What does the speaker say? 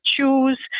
choose